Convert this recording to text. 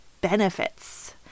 benefits